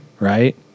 Right